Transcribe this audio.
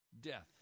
death